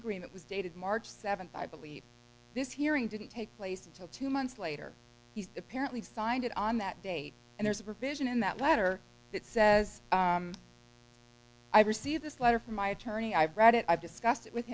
agreement was dated march seventh i believe this hearing didn't take place until two months later he's apparently signed it on that date and there's a provision in that letter that says i received this letter from my attorney i've read it i've discussed it with